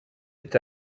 est